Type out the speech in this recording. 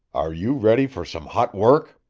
are you ready for some hot work?